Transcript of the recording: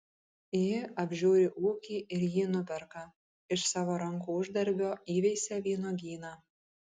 ji apžiūri ūkį ir jį nuperka iš savo rankų uždarbio įveisia vynuogyną